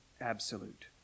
absolute